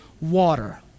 water